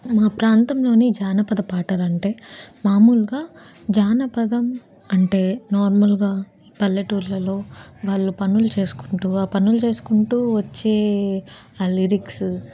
మా ప్రాంతంలోని జానపద పాటలంటే మాములుగా జానపదం అంటే నార్మల్గా పల్లెటూర్లలో వాళ్ళ పనులు చేసుకుంటూ ఆ పనులు చేసుకుంటూ వచ్చే ఆ లిరిక్స్